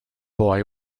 boy